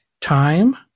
time